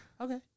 Okay